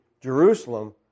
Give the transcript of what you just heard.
Jerusalem